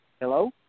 Hello